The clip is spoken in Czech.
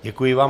Děkuji vám.